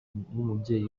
nk’umubyeyi